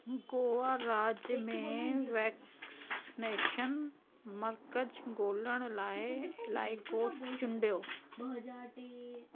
गोवा राज्य में वैक्सीनेशन मर्कज़ु ॻोल्हण लाइ इलाइक़ो चूंडियो